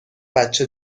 بچه